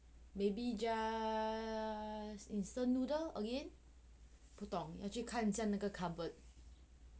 maybe just instant noodle again 不懂要去看一下那个 cupboard